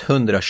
120